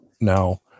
Now